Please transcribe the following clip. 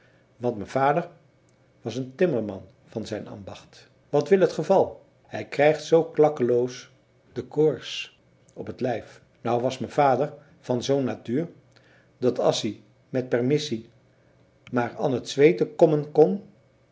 want me vader was een timmerman van zijn ambacht wat wil t geval hij krijgt zoo klakkeloos de koors op t lijf nou was me vader van zoo'n natuur dat as ie met permissie maar an t zweeten kommen kon